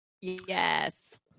Yes